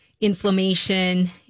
inflammation